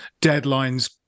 deadline's